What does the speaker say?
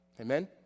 Amen